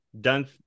done